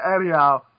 anyhow